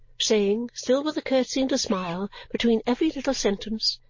saying, still with a curtsy and a smile between every little sentence,